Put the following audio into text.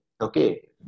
Okay